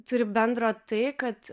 turi bendro tai kad